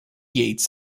yates